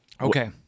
Okay